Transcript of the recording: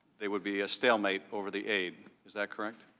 they would be a stalemate over the aid, is that correct.